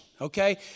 okay